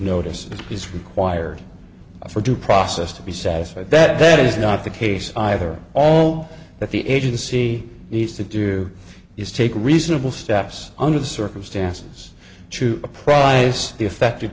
notice is required for due process to be satisfied that that is not the case either all that the agency needs to do is take reasonable steps under the circumstances to apprise the affect